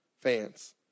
fans